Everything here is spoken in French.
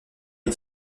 est